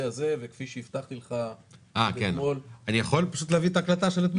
וכפי שהבטחתי לך אתמול --- אני יכול להביא את ההקלטה של אתמול.